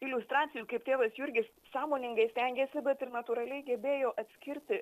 iliustracijų kaip tėvas jurgis sąmoningai stengėsi bet ir natūraliai gebėjo atskirti